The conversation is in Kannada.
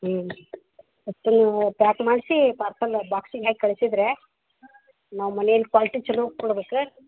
ಹ್ಞೂ ಹತ್ತನ್ನು ಪ್ಯಾಕ್ ಮಾಡಿಸಿ ಪಾರ್ಸಲ್ ಬಾಕ್ಸಿಗೆ ಹಾಕಿ ಕಳಿಸಿದ್ರೆ ನಾವು ಮನೇಲ್ಲಿ ಪಾರ್ಟಿಗೆ ಚೊಲೋ ಕೊಡ್ಬೇಕು